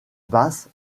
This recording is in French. basse